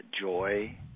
joy